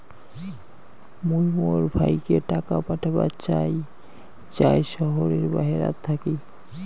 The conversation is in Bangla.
মুই মোর ভাইকে টাকা পাঠাবার চাই য়ায় শহরের বাহেরাত থাকি